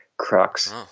crux